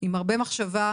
עם הרבה מחשבה.